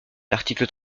l’article